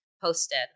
posted